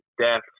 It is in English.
death